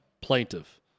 plaintiff